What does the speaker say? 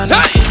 Hey